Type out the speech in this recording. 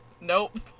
Nope